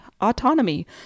autonomy